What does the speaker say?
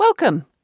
Welcome